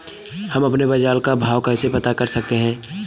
हम अपने बाजार का भाव कैसे पता कर सकते है?